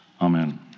Amen